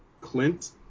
Clint